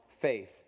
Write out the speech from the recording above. faith